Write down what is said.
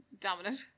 dominant